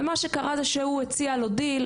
ומה שקרה זה שהוא הציע לו דיל,